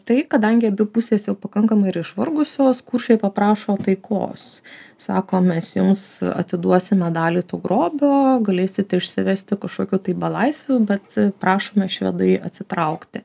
tai kadangi abi pusės jau pakankamai ir išvargusios kuršiai paprašo taikos sako mes jums atiduosime dalį to grobio galėsite išsivesti kažkokių tai belaisvių bet prašome švedai atsitraukti